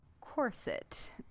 corset